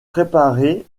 préparé